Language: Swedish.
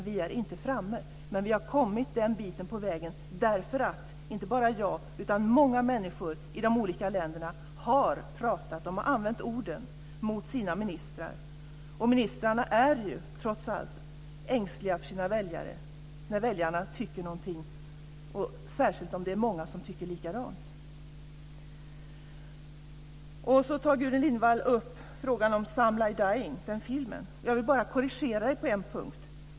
Vi är inte framme, men vi har kommit en bit på vägen därför att inte bara jag, utan många människor i de olika länderna har pratat och använt orden mot sina ministrar. Ministrarna är ju trots allt ängsliga för vad väljarna tycker, och särskilt om det är många som tycker likadant. Så tar Gudrun Lindvall upp filmen Some Lie Dying. Jag vill bara korrigera henne på en punkt.